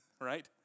right